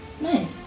Nice